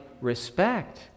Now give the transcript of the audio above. respect